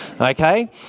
okay